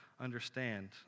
understand